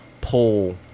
pull